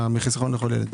מחיסכון לכל ילד.